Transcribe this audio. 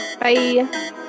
Bye